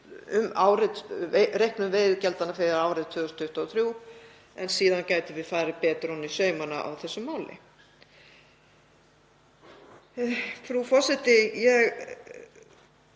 um reikning veiðigjalda fyrir árið 2023 en síðan gætum við farið betur ofan í saumana á þessu máli. Frú forseti. Ég